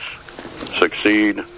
succeed